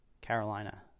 Carolina